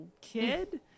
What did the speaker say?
kid